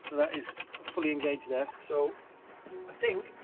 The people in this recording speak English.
that is fully engaged there. so i think